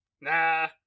Nah